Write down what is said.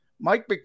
Mike